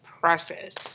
process